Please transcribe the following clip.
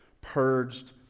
purged